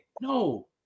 No